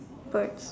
birds